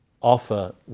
offer